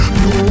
no